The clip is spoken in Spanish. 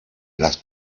las